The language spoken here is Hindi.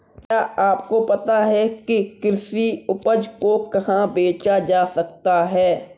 क्या आपको पता है कि कृषि उपज को कहाँ बेचा जा सकता है?